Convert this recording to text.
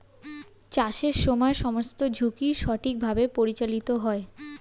চাষের সময় সমস্ত ঝুঁকি সঠিকভাবে পরিচালিত হয়